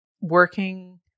working